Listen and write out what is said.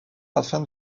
afin